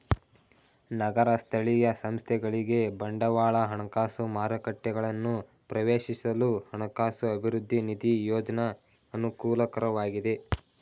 ನಗರ ಸ್ಥಳೀಯ ಸಂಸ್ಥೆಗಳಿಗೆ ಬಂಡವಾಳ ಹಣಕಾಸು ಮಾರುಕಟ್ಟೆಗಳನ್ನು ಪ್ರವೇಶಿಸಲು ಹಣಕಾಸು ಅಭಿವೃದ್ಧಿ ನಿಧಿ ಯೋಜ್ನ ಅನುಕೂಲಕರವಾಗಿದೆ